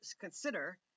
consider